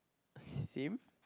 same